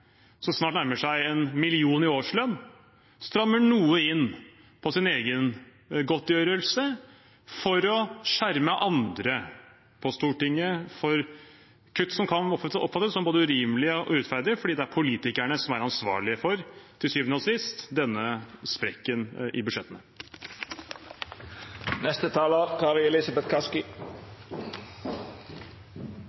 snart nærmer seg en million i årslønn, strammer noe inn på sin egen godtgjørelse for å skjerme andre på Stortinget for kutt som kan oppfattes som både urimelige og urettferdige, fordi det er politikerne som til syvende og sist er ansvarlige for denne sprekken i